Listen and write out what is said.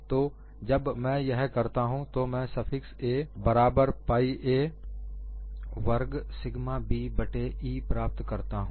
तो जब मैं यह करता हूं तो मैं U स्फिक्स 'a' बराबर पाइ a वर्ग सिग्मा B बट्टे E प्राप्त करता हूं